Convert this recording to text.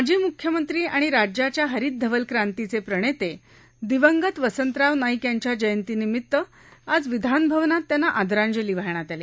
माजी मुख्यमंत्री आणि राज्याच्या हरित धवलं क्रांतीचे प्रणेते दिवंगत वसंतराव नाईक यांच्या जयंतीनिमित्त आज विधानभवनात त्यांना आदरांजली वाहण्यात आली